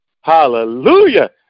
Hallelujah